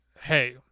hey